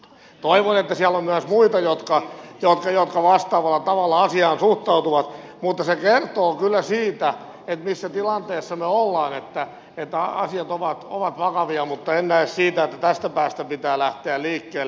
toivon että siellä on myös muita jotka vastaavalla tavalla asiaan suhtautuvat mutta se kertoo kyllä siitä missä tilanteessa me olemme että asiat ovat vakavia mutta en näe että tästä päästä pitää lähteä liikkeelle